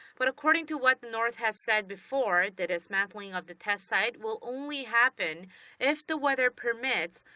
but, according to what the north has said before, the dismantling of the test site will only happen if the weather permits,